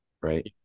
right